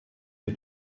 für